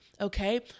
okay